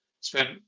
Spent